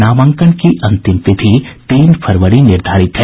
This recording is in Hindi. नामांकन की अंतिम तिथि तीन फरवरी निर्धारित है